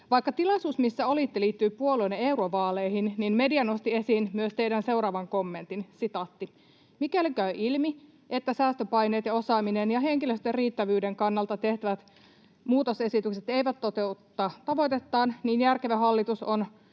Vaikka tilaisuus, missä olitte, liittyi puolueiden eurovaaleihin, niin media nosti esiin myös teidän seuraavan kommenttinne: ”Mikäli käy ilmi, että säästötoimenpiteet ja osaaminen ja henkilöstön riittävyyden kannalta tehtävät muutosesitykset eivät toteuta tavoitettaan, niin järkevä hallitus on